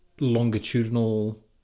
longitudinal